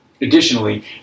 Additionally